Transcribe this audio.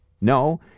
No